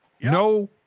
No